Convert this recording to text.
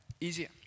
easier